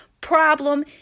problem